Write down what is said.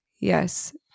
Yes